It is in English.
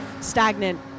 stagnant